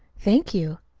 thank you.